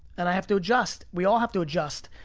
and i have to adjust, we all have to adjust.